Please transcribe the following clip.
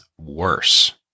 worse